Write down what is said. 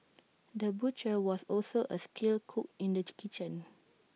the butcher was also A skilled cook in the kitchen